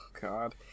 God